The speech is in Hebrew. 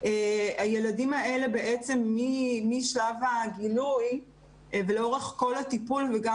הילדים האלה משלב הגילוי ולאורך כל הטיפול וגם